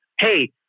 hey